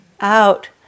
out